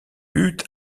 eut